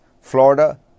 Florida